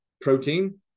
protein